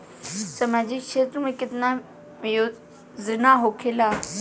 सामाजिक क्षेत्र में केतना योजना होखेला?